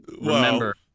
remember